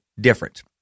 different